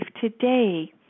today